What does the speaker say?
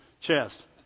chest